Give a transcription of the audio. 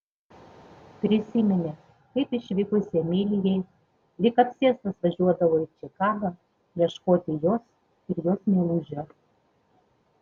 prisiminė kaip išvykus emilijai lyg apsėstas važiuodavo į čikagą ieškoti jos ir jos meilužio